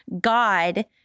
God